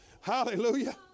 Hallelujah